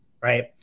Right